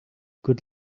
good